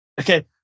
Okay